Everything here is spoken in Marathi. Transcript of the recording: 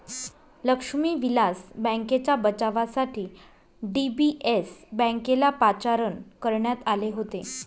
लक्ष्मी विलास बँकेच्या बचावासाठी डी.बी.एस बँकेला पाचारण करण्यात आले आहे